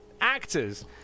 actors